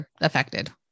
affected